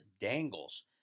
dangles